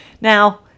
Now